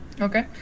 Okay